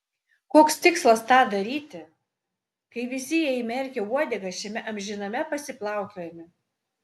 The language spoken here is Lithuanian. koks tikslas tą daryti kai visi jie įmerkę uodegas šiame amžiname pasiplaukiojime